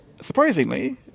surprisingly